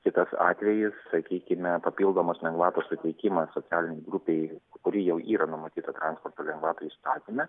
kitas atvejis sakykime papildomos lengvatos suteikimas socialinei grupei kuri jau yra numatyta transporto lengvatų įstatyme